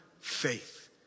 faith